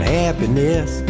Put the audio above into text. happiness